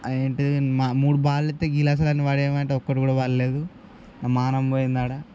అదేంటి మా మూడు బాలులు వేస్తే గ్లాసులు అన్నీ పడేయమంటే ఒక్కటి కూడా పడలేదు నా మానం పోయింది అక్కడ